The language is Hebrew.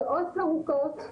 שעות ארוכות,